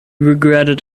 regretted